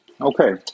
Okay